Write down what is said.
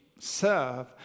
serve